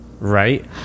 Right